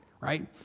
right